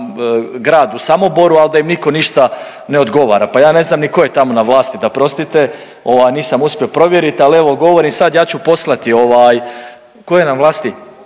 Samoboru, ali da im nitko ništa ne odgovara. Pa ja ne znam ni tko je tamo na vlasti da prostite ovaj nisam uspio provjeriti, ali evo govorim sad ja ću poslati ovaj, tko je na vlasti,